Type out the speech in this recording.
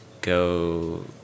go